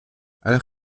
alors